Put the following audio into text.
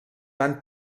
van